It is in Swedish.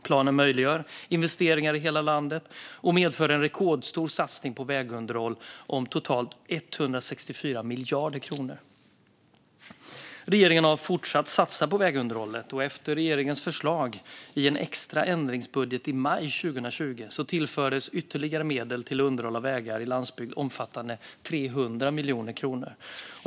Planen möjliggör investeringar i hela landet och medför en rekordstor satsning på vägunderhåll om totalt 164 miljarder kronor. Regeringen har fortsatt att satsa på vägunderhållet. Efter regeringens förslag i en extra ändringsbudget i maj 2020 tillfördes ytterligare medel till underhåll av vägar i landsbygd omfattande 300 miljoner kronor.